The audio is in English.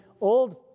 old